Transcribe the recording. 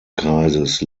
kreises